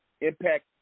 impact